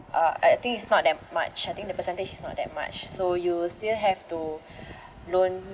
uh I think it's not that much I think the percentage is not that much so you will still have to loan